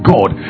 God